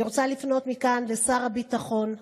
אני רוצה לפנות מכאן לשר הביטחון,